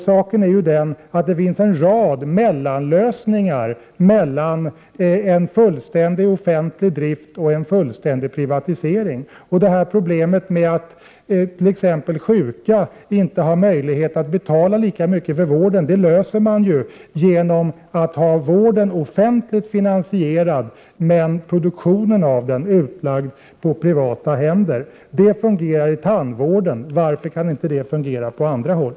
Saken är den att det finns en rad lösningar som ligger mellan en fullständig offentlig drift och en fullständig privatisering. Problemet med att sjuka inte har möjlighet att betala lika mycket för vården löser man genom att ha vården offentligt finansierad, medan produktionen av den skall vara utlagd på privata händer. Det fungerar inom tandvården. Varför kan det inte fungera också på andra håll?